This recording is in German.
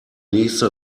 nächste